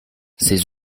ces